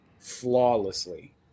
flawlessly